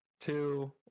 two